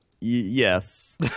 yes